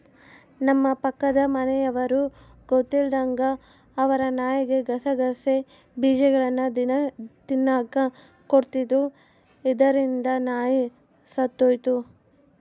ನಮ್ಮ ಪಕ್ಕದ ಮನೆಯವರು ಗೊತ್ತಿಲ್ಲದಂಗ ಅವರ ನಾಯಿಗೆ ಗಸಗಸೆ ಬೀಜಗಳ್ನ ದಿನ ತಿನ್ನಕ ಕೊಡ್ತಿದ್ರು, ಇದರಿಂದ ನಾಯಿ ಸತ್ತೊಯಿತು